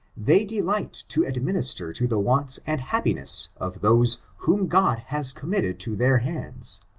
they delight to administer to the wants and happiness of those whom god has committed to their hands.